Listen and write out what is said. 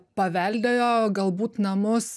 paveldėjo galbūt namus